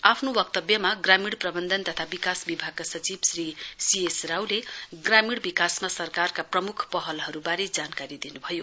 आफ्नो वक्तव्यमा ग्रामीण प्रबन्धन तथा विकास विभागका सचिव श्री सीएस रावले ग्रामीण विकासमा सरकारका प्रमुख पहलहरूबारे जानकारी दिनुभयो